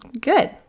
Good